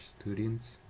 students